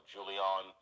Julian